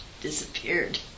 disappeared